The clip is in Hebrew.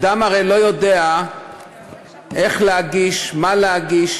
הרי אדם לא יודע איך להגיש ומה להגיש.